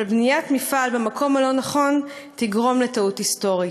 אבל בניית מפעל במקום הלא-נכון תגרום לטעות היסטורית.